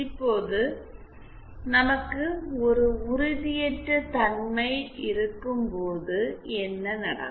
இப்போது நமக்கு ஒரு உறுதியற்ற தன்மை இருக்கும்போது என்ன நடக்கும்